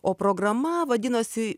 o programa vadinosi